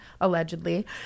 allegedly